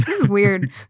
weird